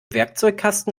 werkzeugkasten